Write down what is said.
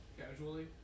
casually